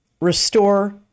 restore